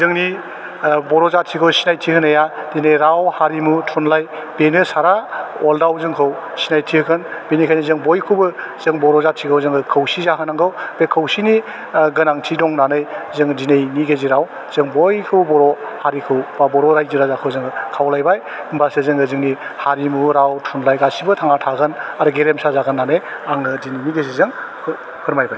जोंनि बर' जाथिखौ सिनायथि होनाया दिनै राव हारिमु थुनलाइ बेनो सारा वाल्डआव जोंखौ सिनायथि होगोन बेनिखाइनो जों बयखौबो जों बर' जाथिखौ जोङो खौसे जाहोनांगौ बे खौसेनि गोनांथि दं होननानै जों दिनैनि गेजेराव जों बयखौबो बर' हारिखौ बा बर' रायजो राजाखौ जोङो खावलायबाय होमबासो जोङो जोंनि हारिमु राव थुनलाइ गासिबो थांना थागोन आरो गेरेमसा जोगोन होननानै आङो दिनैनि गेजेरजों फोरमायबाय